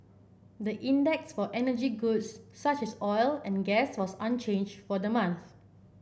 the index for energy goods such as oil and gas was unchanged for the month